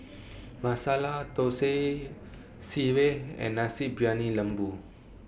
Masala Thosai Sireh and Nasi Briyani Lembu